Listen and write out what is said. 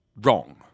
wrong